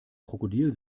krokodil